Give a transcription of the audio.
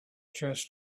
chest